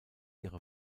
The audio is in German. ihre